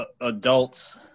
adults